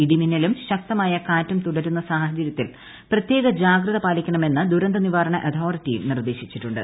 ഇടിമിന്നലും ശക്തമായ കാറ്റും തുടരുന്ന സാഹചര്യത്തിൽ പ്രത്യേക ജാഗ്രത പാലിക്കണമെന്ന് ദുരന്ത നിവാരണ അതോറിറ്റിയും നിർദ്ദേശിച്ചിട്ടുണ്ട്